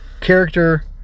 character